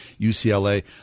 UCLA